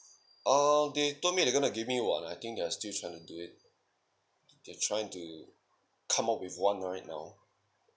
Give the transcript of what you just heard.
ah they told me they're gonna give me one I think they're still trying to do it they're trying to come out with one right now